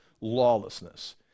lawlessness